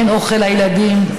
אין אוכל לילדים,